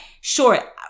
sure